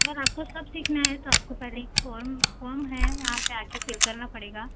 ma'am आपको सब सीखना है तो आपको पहले फॉर्म फॉर्म है यहाँ पर आ कर फिल करना पड़ेगा